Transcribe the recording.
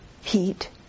Heat